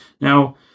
Now